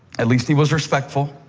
at least he was respectful.